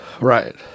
Right